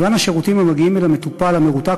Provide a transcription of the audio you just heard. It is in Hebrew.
מגוון השירותים המגיעים אל המטופל המרותק